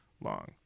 long